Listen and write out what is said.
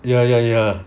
ya ya ya